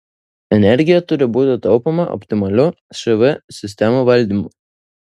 energija turi būti taupoma optimaliu šv sistemų valdymu